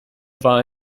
war